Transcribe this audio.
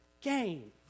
gain